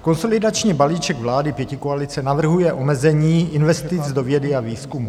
Konsolidační balíček vlády pětikoalice navrhuje omezení investic do vědy a výzkumu.